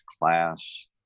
class